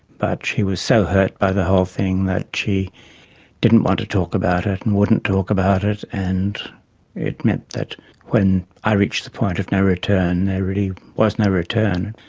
but she was so hurt by the whole thing that she didn't want to talk about it and wouldn't talk about it, and it meant that when i reached the point of no return, there really was no return.